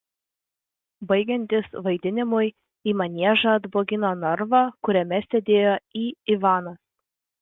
baigiantis vaidinimui į maniežą atbogino narvą kuriame sėdėjo į ivanas